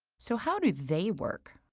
so how do they work?